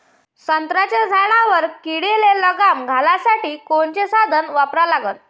संत्र्याच्या झाडावर किडीले लगाम घालासाठी कोनचे साधनं वापरा लागन?